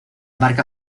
marca